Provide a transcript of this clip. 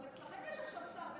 אבל אצלכם יש עכשיו שר בתוך משרד,